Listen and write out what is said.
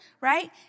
right